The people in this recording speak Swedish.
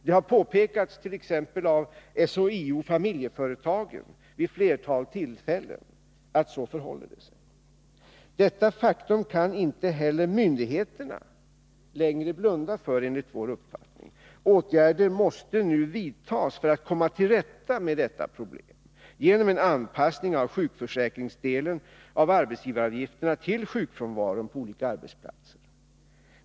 Det har påpekats av t.ex. SHIO-Familjeföretagen vid ett flertal tillfällen. Detta faktum kan myndigheterna, enligt vår mening, inte längre blunda för. Åtgärder måste nu vidtas för att komma till rätta med detta problem, genom en anpassning av sjukförsäkringsdelen av arbetsgivaravgifterna till sjukfrånvaron på olika arbetsplatser.